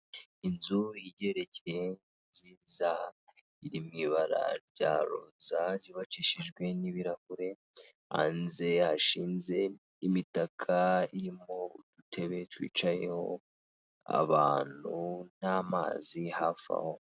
Inzu igereketse, nziza, iri mu ibara rya roza, yubakishijwe n'ibirahure, hanze hashinze imitaka irimo udutebe twicayeho abantu n'amazi hafi aho.